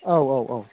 औ औ औ